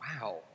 Wow